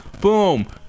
Boom